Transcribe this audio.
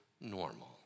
normal